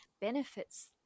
benefits